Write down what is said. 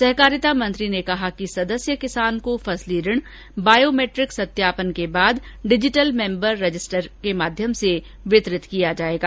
सहकारिता मंत्री ने कहा कि सदस्य किसान को फसली ऋण बायोमैट्रिक सत्यापन के बाद डिजीटल मेम्बर रजिस्टर के माध्यम से वितरित किया जाएगा